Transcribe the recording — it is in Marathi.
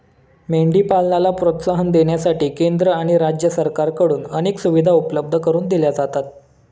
मेंढी पालनाला प्रोत्साहन देण्यासाठी केंद्र आणि राज्य सरकारकडून अनेक सुविधा उपलब्ध करून दिल्या जातात